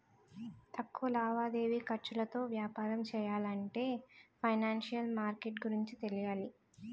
తక్కువ లావాదేవీ ఖర్చులతో వ్యాపారం చెయ్యాలంటే ఫైనాన్సిషియల్ మార్కెట్ గురించి తెలియాలి